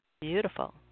Beautiful